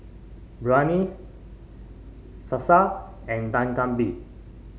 Biryani Salsa and Dak Galbi